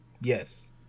Yes